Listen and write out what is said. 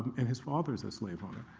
and his father is a slave owner.